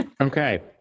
Okay